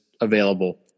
available